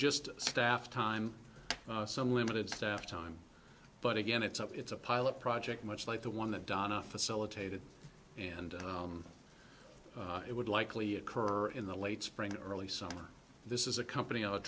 just staff time some limited staff time but again it's up it's a pilot project much like the one that diana facilitated and it would likely occur in the late spring early summer this is a company o